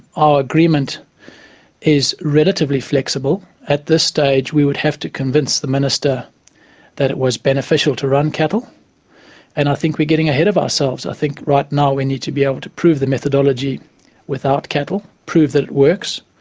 our agreement is relatively flexible. at this stage we would have to convince the minister that it was beneficial to run cattle and i think we're getting ahead of ourselves. i think right now we need to be able to prove the methodology without cattle, prove that it works,